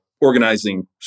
Organizing